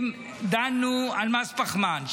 בשמונה דיונים דנו על מס פחמן,